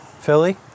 Philly